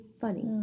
funny